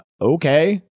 okay